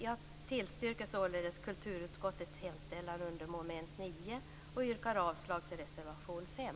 Jag yrkar således bifall till kulturutskottets hemställan under mom. 9 och avslag på reservation 5.